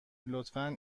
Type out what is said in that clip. لطفا